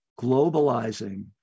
globalizing